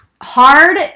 hard